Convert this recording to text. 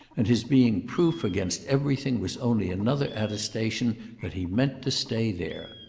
and his being proof against everything was only another attestation that he meant to stay there.